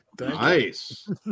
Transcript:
Nice